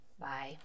Bye